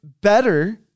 better